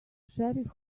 sheriff